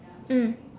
mm